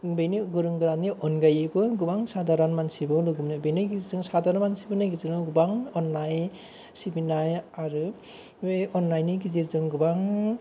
बेनि गोरों गोरानि अनगायैबो गोबां साधारन मानसिबो लोगो मोनो बेनि गेजेरजों साधारन मानसिफोरनि गेजेराव गोबां अननाय सिबिनाय आरो बे अननायनि गेजेरजों गोबां